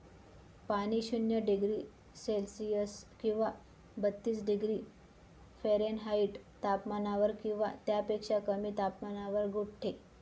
पाणी शून्य degree Celsius किंवा बत्तीस डिग्री फॅरेनहाईट तापमानावर किंवा त्यापेक्षा कमी तापमानावर गोठते